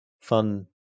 fun